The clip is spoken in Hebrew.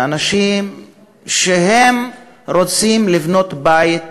באנשים שרוצים לבנות בית